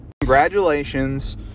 Congratulations